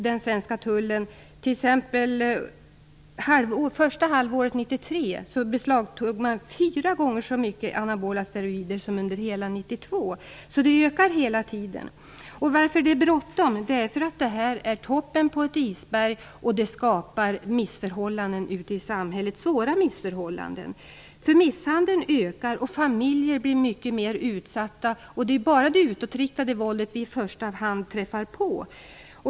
Den svenska tullen beslagtog under det första halvåret 1993 fyra gånger så mycket anabola steroider som under hela 1992. Det ökar hela tiden. Det är bråttom, därför att detta är toppen på ett isberg. Det skapar svåra missförhållanden ute i samhället. Misshandeln ökar. Familjer blir mycket mer utsatta. Det är det utåtriktade våldet vi i första hand träffar på.